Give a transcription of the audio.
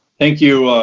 thank you,